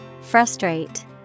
Frustrate